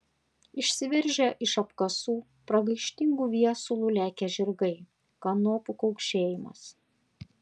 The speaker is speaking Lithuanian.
išsiveržę iš apkasų pragaištingu viesulu lekią žirgai kanopų kaukšėjimas